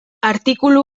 artikulu